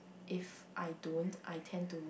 if I don't I tend to